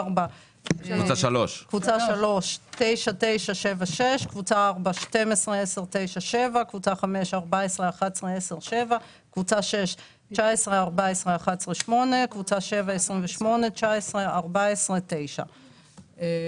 3 9 9 7 6 4 12 10 9 7 5 14 11 10 7 6 19 14 11 8 7 28 19 14 9 זהו?